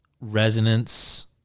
resonance